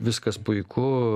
viskas puiku